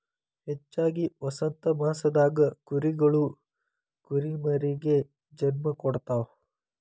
ಹೆಚ್ಚಾಗಿ ವಸಂತಮಾಸದಾಗ ಕುರಿಗಳು ಕುರಿಮರಿಗೆ ಜನ್ಮ ಕೊಡ್ತಾವ